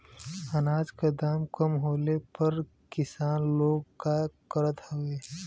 अनाज क दाम कम होखले पर किसान लोग का करत हवे?